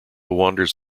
wanders